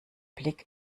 blick